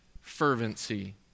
fervency